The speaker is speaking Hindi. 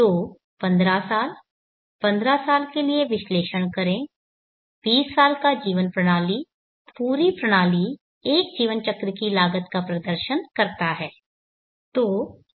तो 15 साल 15 साल के लिए विश्लेषण करें 20 साल का जीवन प्रणाली पूरी प्रणाली एक जीवन चक्र की लागत का प्रदर्शन करता है